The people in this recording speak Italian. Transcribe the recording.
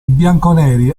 bianconeri